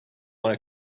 want